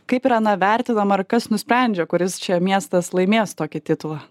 kaip yra na vertinama ar kas nusprendžia kuris čia miestas laimės tokį titulą